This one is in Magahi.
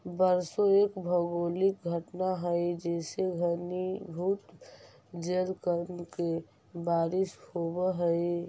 वर्षा एक भौगोलिक घटना हई जेसे घनीभूत जलकण के बारिश होवऽ हई